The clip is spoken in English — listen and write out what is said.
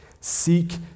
Seek